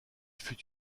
fut